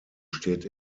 steht